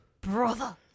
brother